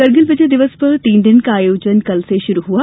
कारगिल विजय दिवस पर तीन दिन का आयोजन कल से शुरू हआ